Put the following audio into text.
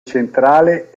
centrale